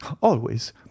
always